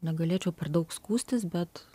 negalėčiau per daug skųstis bet